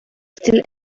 still